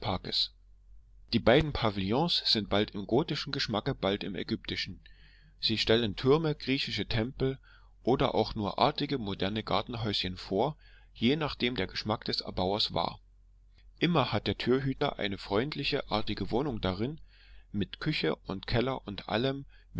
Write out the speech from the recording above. die beiden pavillons sind bald im gotischen geschmacke bald im ägyptischen sie stellen türme griechische tempel oder auch nur artige moderne gartenhäuschen vor je nachdem der geschmack des erbauers war immer hat der türhüter eine freundliche artige wohnung darin mit küche und keller und allem